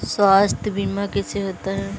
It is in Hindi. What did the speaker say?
स्वास्थ्य बीमा कैसे होता है?